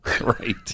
right